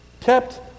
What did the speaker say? kept